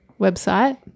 website